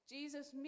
Jesus